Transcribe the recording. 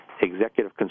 executive